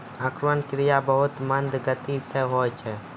अंकुरन क्रिया बहुत मंद गति सँ होय छै